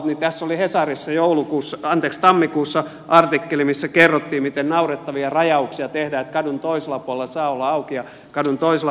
tässä oli hesarissa tammikuussa artikkeli missä kerrottiin miten naurettavia rajauksia tehdään että kadun toisella puolella saa olla auki ja kadun toisella puolella ei